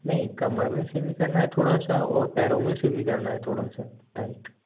नहीं कमर में से भी करना है थोड़ा सा और पैरों में से भी करना है थोड़ा सा टाइट